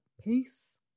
peace